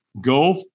Go